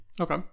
Okay